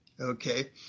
okay